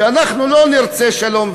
כי אנחנו לא נרצה שלום,